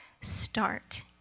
start